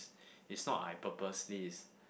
it's not I purposely is